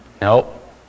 Nope